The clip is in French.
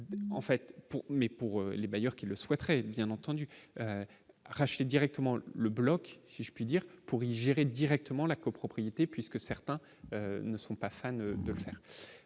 mais pour les bailleurs qui le souhaiteraient bien entendu racheter directement le bloc, si je puis dire pourri gérer directement la copropriété puisque certains ne sont pas fans sur le 2ème